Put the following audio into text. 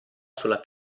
sulla